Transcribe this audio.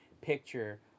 picture